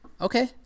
Okay